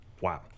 Wow